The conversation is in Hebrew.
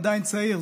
עדיין צעיר,